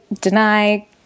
deny